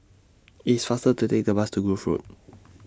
IT IS faster to Take The Bus to Grove Road